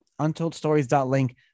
Untoldstories.link